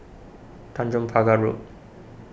Tanjong Pagar Road